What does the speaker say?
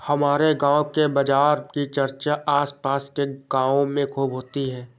हमारे गांव के बाजार की चर्चा आस पास के गावों में खूब होती हैं